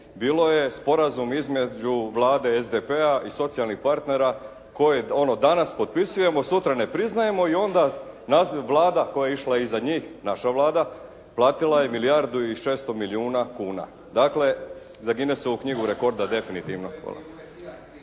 bilo je sporazum između Vlade SDP-a i socijalnih partnera koje danas potpisujemo, sutra ne priznajemo i onda naziv Vlada koja je išla iza njih, naša Vlada platila je milijardu i 600 milijuna kuna, dakle, za Guinnesovu knjigu rekorda definitivno.